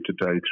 today